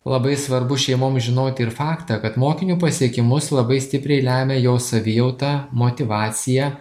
labai svarbu šeimom žinoti ir faktą kad mokinio pasiekimus labai stipriai lemia jo savijauta motyvacija